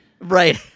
Right